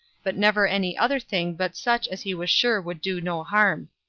but never any other thing but such as he was sure would do no harm.